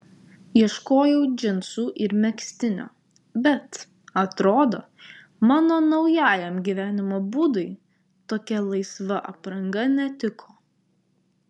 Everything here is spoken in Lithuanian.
ieškojau džinsų ir megztinio bet atrodo mano naujajam gyvenimo būdui tokia laisva apranga netiko